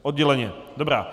Odděleně, dobrá.